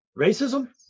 racism